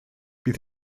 bydd